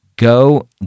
Go